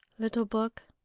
little book,